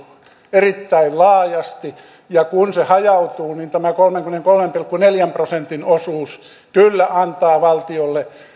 erittäin laajasti ja kun se hajautuu niin tämä kolmenkymmenenkolmen pilkku neljän prosentin osuus kyllä antaa valtiolle